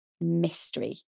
mystery